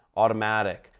automatic.